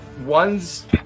one's